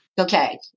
Okay